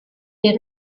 est